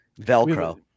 velcro